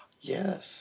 yes